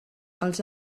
els